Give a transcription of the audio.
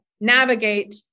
navigate